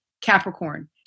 Capricorn